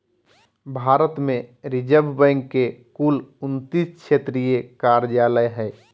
भारत में reserve bank के कुल उन्तीस क्षेत्रीय कार्यालय हइ